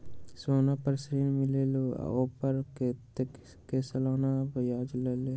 सोना पर ऋण मिलेलु ओपर कतेक के सालाना ब्याज लगे?